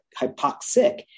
hypoxic